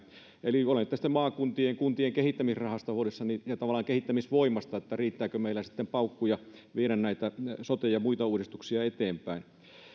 eli olen tästä maakuntien ja kuntien kehittämisrahasta huolissani ja tavallaan kehittämisvoimasta riittääkö meillä sitten paukkuja viedä näitä sote ja muita uudistuksia eteenpäin